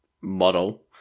model